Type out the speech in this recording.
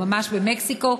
ממש במקסיקו,